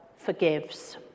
forgives